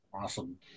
Awesome